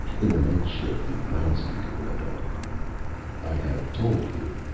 in the med ship the loud-speaker went on i have told you,